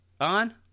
on